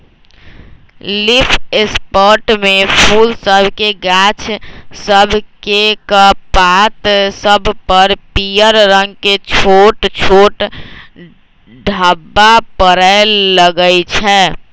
leaf spot में फूल सभके गाछ सभकेक पात सभ पर पियर रंग के छोट छोट ढाब्बा परै लगइ छै